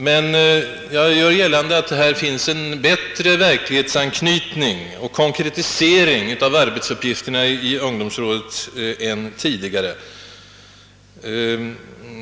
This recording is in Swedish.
Men jag gör gällande att numera finns en bättre verklighetsanknytning och konkretisering av arbetsuppgifterna för ungdomsrådet än tidigare.